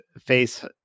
face